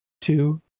two